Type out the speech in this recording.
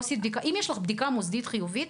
אם יש לך בדיקה מוסדית חיובית